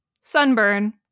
sunburn